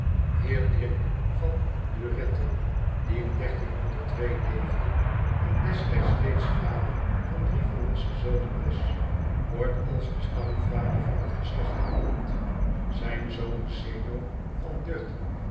e die in leefde en destijds reeds vader van drie volwassen zonen was wordt als de stamvader van het geslacht genoemd zijn zoon z e